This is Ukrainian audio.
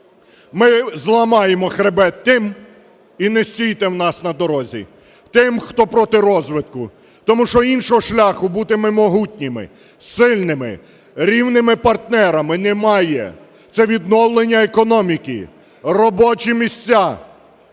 Ми зламаємо хребет тим – і не стійте в нас на дорозі – тим, хто проти розвитку, тому що іншого шляху бути могутніми, сильними рівними партнерами немає. Це відновлення економіки, робочі місця,